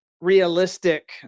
realistic